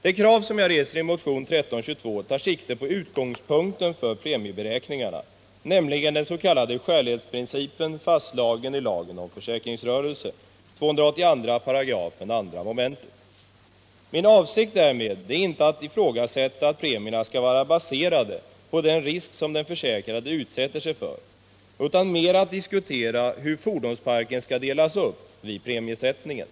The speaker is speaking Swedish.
Det krav jag reser i motionen 1322 tar sikte på utgångspunkten för premieberäkningarna, nämligen den s.k. skälighetsprincipen som är fastslagen i lagen om försäkringsrörelse, 282 § 2 mom. Min avsikt därmed är inte att ifrågasätta att premierna skall vara baserade på den risk som den försäkrade utsätter sig för utan mera att diskutera hur fordonsparken skall delas upp vid premiesättningen.